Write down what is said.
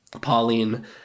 Pauline